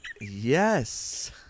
Yes